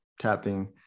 tapping